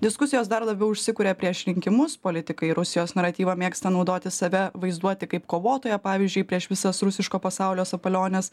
diskusijos dar labiau užsikuria prieš rinkimus politikai rusijos naratyvą mėgsta naudoti save vaizduoti kaip kovotoją pavyzdžiui prieš visas rusiško pasaulio sapaliones